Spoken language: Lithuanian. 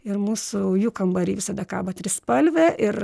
ir mūsų jų kambary visada kabo trispalvė ir